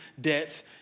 debts